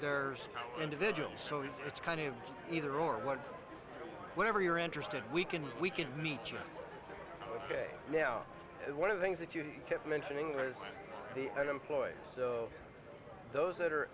they're individuals so it's kind of either or what whenever you're interested we can we can meet you now one of the things that you kept mentioning is the employers those that are